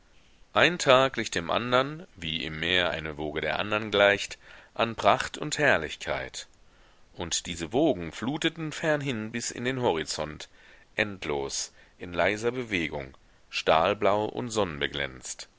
ein tag glich dem andern wie im meer eine woge der andern gleicht an pracht und herrlichkeit und diese wogen fluteten fernhin bis in den horizont endlos in leiser bewegung stahlblau und